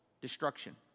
destruction